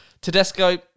Tedesco